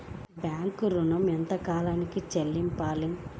Bank ఋణం ఎంత కాలానికి చెల్లింపాలి?